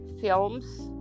films